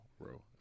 bro